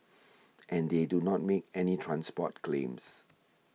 and they do not make any transport claims